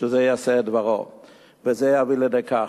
שזה יעשה את דברו וזה יביא לידי כך.